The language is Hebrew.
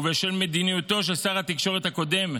ובשל מדיניותו של שר התקשורת הקודם,